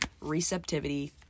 Receptivity